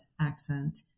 accent